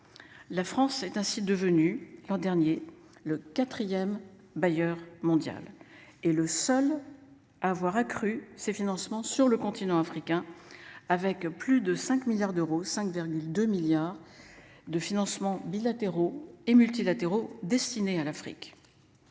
La France est ainsi devenu l'an dernier le 4ème bailleur mondial est le seul à avoir accru ses financements sur le continent africain avec plus de 5 milliards d'euros, 5,2 milliards. De financements bilatéraux et multilatéraux destinés à l'Afrique.